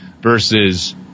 versus